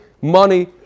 money